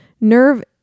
nerve